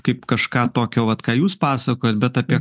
kaip kažką tokio vat ką jūs pasakojot bet apie